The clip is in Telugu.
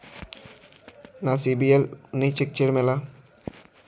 నా సిబిఐఎల్ ని ఛెక్ చేయడం ఎలా?